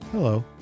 Hello